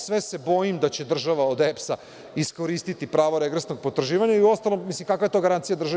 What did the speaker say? Sve se bojim da će država od EPS-a iskoristiti pravo regresnog potraživanja i uostalom, kakva je to garancija državi?